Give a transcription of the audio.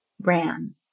ran